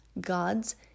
God's